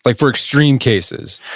like for extreme cases?